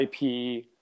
IP